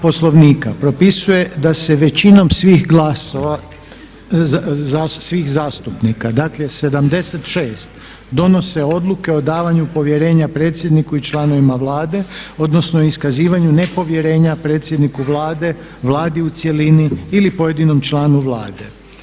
Poslovnika propisuje da se većinom svih glasova svih zastupnika dakle 76 donose odluke o davanju povjerenja predsjedniku i članovima Vlade odnosno o iskazivanju nepovjerenja predsjedniku Vlade, Vladi u cjelini ili pojedinom članu Vlade.